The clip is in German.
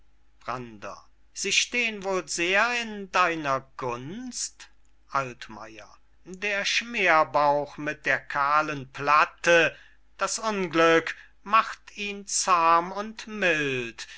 sie stehn wohl sehr in deiner gunst altmayer der schmerbauch mit der kahlen platte das unglück macht ihn zahm und mild